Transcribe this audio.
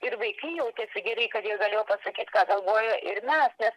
ir vaikai jautėsi gerai kad jie galėjo pasakyti ką galvojo ir mes